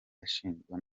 ashinjwa